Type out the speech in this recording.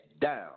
down